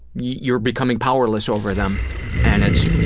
you're becoming powerless over them and it's